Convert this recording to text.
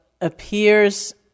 appears